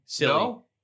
No